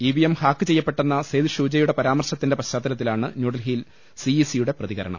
E V M hack Syed സെയ്ദ് ഷൂജയുടെ പരാ മർശത്തിന്റെ പശ്ചാത്തലത്തിലാണ് ന്യൂഡൽഹിയിൽ സി ഇ സിയുടെ പ്രതികരണം